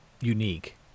unique